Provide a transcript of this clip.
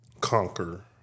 conquer